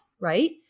right